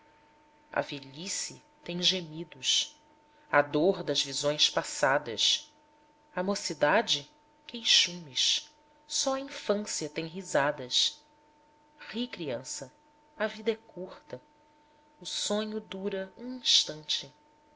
a velhice tem gemidos a dor das visões passadas a mocidade queixumes só a infância tem risadas ri criança a vida é curta o sonho dura um instante